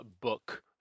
book